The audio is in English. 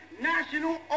national